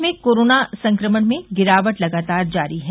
प्रदेश में कोरोना संक्रमण में गिरावट लगातार जारी है